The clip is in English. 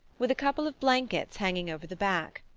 with a couple of blankets hanging over the back.